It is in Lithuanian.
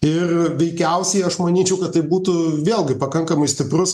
ir veikiausiai aš manyčiau kad tai būtų vėlgi pakankamai stiprus